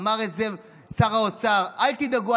אמר את זה שר האוצר: אל תדאגו,